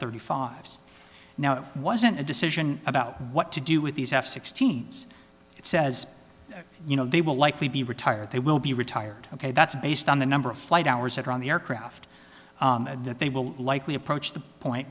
thirty five now it wasn't a decision about what to do with these f sixteen s it says you know they will likely be retired they will be retired ok that's based on the number of flight hours that are on the aircraft that they will likely approach the point